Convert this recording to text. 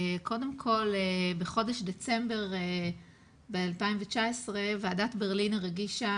קודם כל בחודש דצמבר ב-2019 ועדת ברלינר הגישה